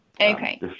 Okay